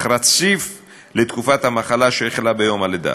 רציף לתקופת המחלה שהחלה ביום הלידה,